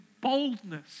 boldness